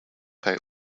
pay